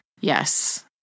Yes